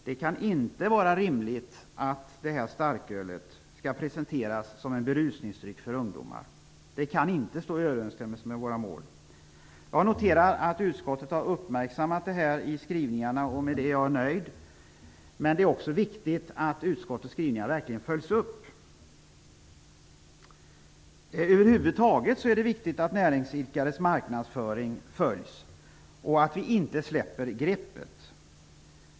Det kan inte vara rimligt att detta starköl skall presenteras som en berusningsdryck för ungdomar. Det kan inte stå i överensstämmelse med våra mål. Jag noterar att utskottet har uppmärksammat detta i skrivningarna och med det är jag nöjd. Men det är också viktigt att utskottets skrivningar verkligen följs upp. Över huvud taget är det viktigt att näringsidkares marknadsföring följs och att vi inte släpper greppet.